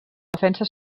defensa